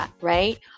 right